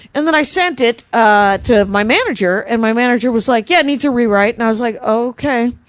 and then i sent it, ah, to my manager, and my manager was like, yeah, needs a rewrite. and i was like, okay,